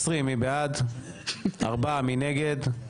הצבעה בעד, 4 נגד,